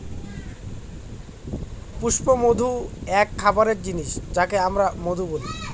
পুষ্পমধু এক খাবারের জিনিস যাকে আমরা মধু বলি